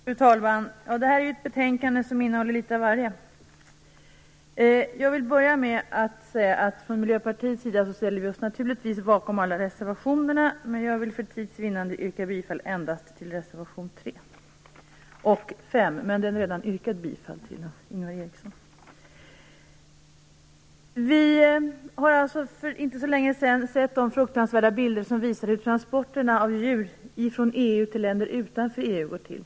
Fru talman! Det här är ett betänkande som innehåller litet av varje. Jag vill börja med att säga att vi från Miljöpartiets sida naturligtvis ställer oss bakom alla våra reservationer. Men för tids vinnande vill jag yrka bifall endast till reservationerna 3 och 5. Den senare har Ingvar Eriksson redan yrkat bifall till. För inte så länge sedan såg vi de fruktansvärda bilder som visade hur transporterna av djur från länder inom EU till länder utanför EU går till.